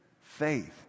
faith